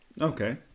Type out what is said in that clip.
Okay